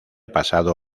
pasado